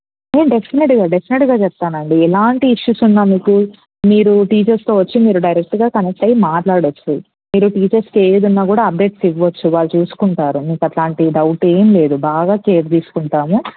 yeah డెఫ్నెట్గా డెఫ్నెట్గా చెప్తానండి ఎలాంటి ఇష్యూసు ఉన్నా మీకు మీరు టీచర్స్తో వచ్చి మీరు డైరెక్ట్గా కనెక్ట్ అయ్యి మాట్లాడొచ్చు మీరు టీచర్స్కి ఏవిధంగా కూడా అప్డేట్స్ ఇవ్వచ్చు వాళ్ళు చూసుకుంటారు మీకలాంటి డౌట్ ఏమీ లేదు బాగా కేర్ తీసుకుంటాము